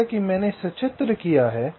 जैसा कि मैंने सचित्र किया है